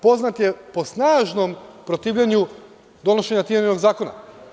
Poznat je po snažnom protivljenju donošenje Tijaninog zakona.